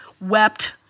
wept